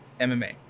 MMA